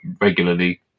regularly